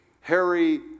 Harry